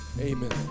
amen